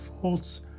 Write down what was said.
faults